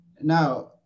Now